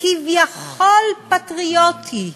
כביכול פטריוטי.